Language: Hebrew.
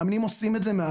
מאמנים עושים את זה.